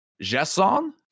Jason